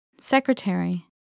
Secretary